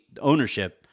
ownership